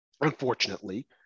unfortunately